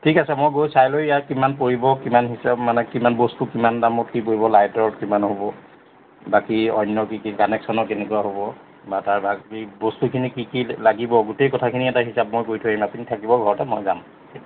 ঠিক আছে মই গৈ চাই লৈ ইয়াৰ কিমান পৰিব কিমান হিচাপ মানে কিমান বস্তু কিমান দামত কি পৰিব লাইটৰ কিমান হ'ব বাকী অন্য কি কি কানেকশ্যনৰ কেনেকুৱা হ'ব বা তাৰ বাকী বস্তুখিনি কি কি লাগিব গোটেই কথাখিনি এটা হিচাপ মই কৈ থৈ আহিম আপুনি থাকিব ঘৰতে মই যাম